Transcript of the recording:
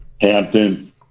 Hampton